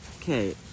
Okay